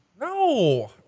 No